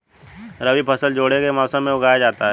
रबी फसल जाड़े के मौसम में उगाया जाता है